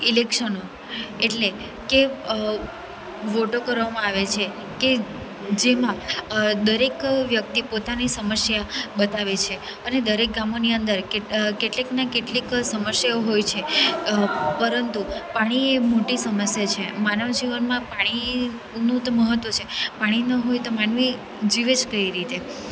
ઈલેકશનો એટલે કે વોટો કરવામાં આવે છે કે કે જેમાં દરેક વ્યક્તિ પોતાની સમસ્યા બતાવે છે અને દરેક ગામોની અંદર કેટલીક ને કેટલીક સમસ્યાઓ હોય છે પરંતુ પાણી એ મોટી સમસ્યા છે માનવજીવનમાં પાણીનું તો મહત્ત્વ છે પાણી ન હોય તો માનવી જીવે જ કઈ રીતે આમ